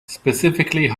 specifically